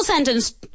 sentence